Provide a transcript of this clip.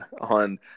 on